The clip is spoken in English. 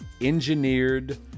engineered